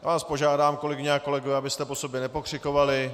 Já vás požádám, kolegyně a kolegové, abyste po sobě nepokřikovali.